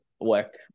work